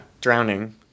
Drowning